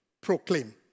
Proclaim